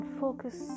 focus